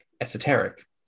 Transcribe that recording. esoteric